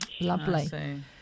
Lovely